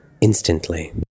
instantly